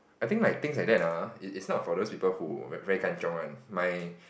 I think like things like that ah is is not for those people who very kanchiong one my